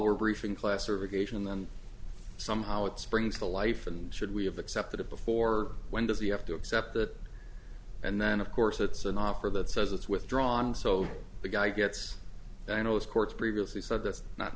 we're briefing class or occasion then somehow it springs to life and should we have accepted it before when does he have to accept that and then of course it's an offer that says it's withdrawn so the guy gets you know as courts previously said that's not